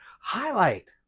Highlight